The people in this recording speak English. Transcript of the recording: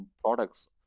products